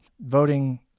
voting